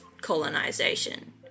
colonization